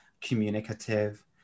communicative